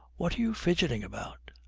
what are you fidgeting about?